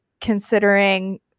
considering